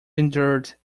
endured